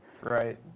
Right